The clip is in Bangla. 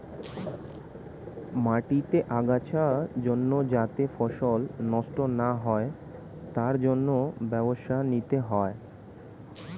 মাটিতে আগাছা জন্মে যাতে ফসল নষ্ট না হয় তার জন্য ব্যবস্থা নিতে হয়